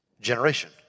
generation